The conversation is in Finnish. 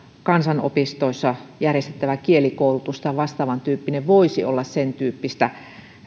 kansanopistoissa järjestettävä kielikoulutus tai vastaavantyyppinen voisi olla sentyyppistä